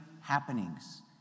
happenings